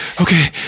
Okay